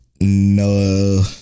No